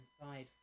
inside